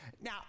Now